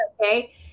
okay